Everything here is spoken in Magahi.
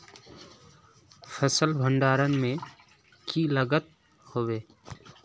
फसल भण्डारण में की लगत होबे?